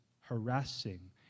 harassing